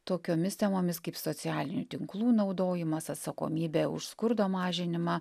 tokiomis temomis kaip socialinių tinklų naudojimas atsakomybė už skurdo mažinimą